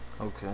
Okay